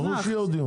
ברור שיהיה עוד דיון.